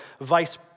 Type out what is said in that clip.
vice